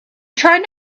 trying